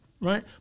Right